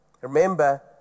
remember